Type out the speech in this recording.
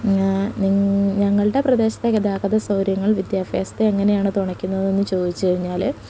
ഞങ്ങളുടെ പ്രദേശത്തെ ഗതാഗത സൗകര്യങ്ങൾ വിദ്യാഭ്യാസത്തെ എങ്ങനെയാണ് തുണയ്ക്കുന്നതെന്ന് ചോദിച്ച് കഴിഞ്ഞാൽ